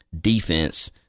defense